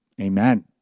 amen